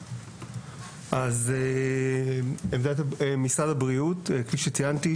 אז אני ממשרד הבריאות כפי שציינתי,